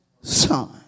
son